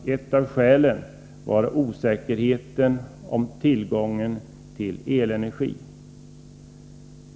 Ett av skälen var osäkerheten om tillgången till elenergi.